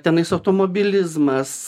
tenais automobilizmas